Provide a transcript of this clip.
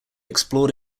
explored